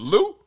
Lou